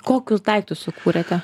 kokius daiktus sukūrėte